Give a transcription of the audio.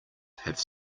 have